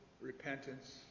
repentance